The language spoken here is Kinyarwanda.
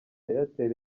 airtel